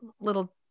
little